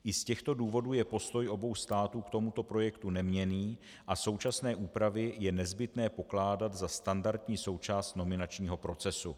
I z těchto důvodů je postoj obou států k tomuto projektu neměnný a současné úpravy je nezbytné pokládat za standardní součást nominačního procesu.